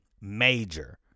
major